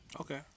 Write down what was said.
okay